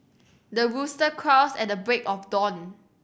the rooster crows at the break of dawn